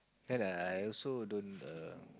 ya lah I also don't err